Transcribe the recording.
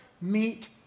meet